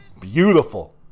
beautiful